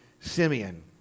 Simeon